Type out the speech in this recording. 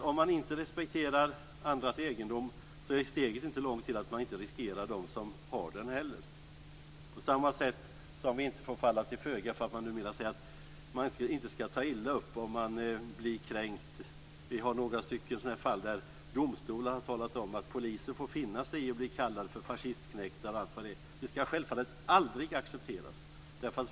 Om man inte respekterar andras egendom är steget inte långt till att man inte respekterar dem som har den heller. På samma sätt får vi inte falla till föga för att det numera sägs att man inte skall ta illa upp om man blir kränkt. Vi har några fall där domstolar har talat om att poliser får finna sig i att bli kallade "fascistknektar" och allt vad det är. Det skall självfallet aldrig accepteras.